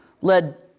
led